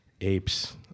apes